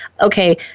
okay